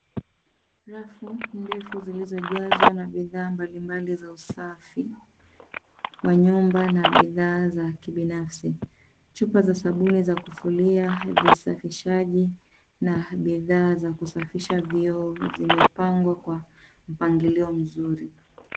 Rafu ndefu zilizojazwa na bidhaa mbalimbali za usafi wa nyumba na bidhaa za kibinafsi. Chupa za sabuni za kufulia, visafishaji na bidhaa za kusafisha vioo vimepangwa kwa mpangilio mzuri.